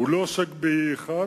הוא לא עוסק ב-E1,